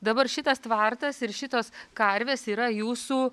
dabar šitas tvartas ir šitos karvės yra jūsų